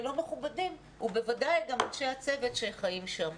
ולא מכבדים בוודאי גם את אנשי הצוות שחיים שם.